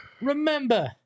Remember